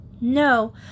No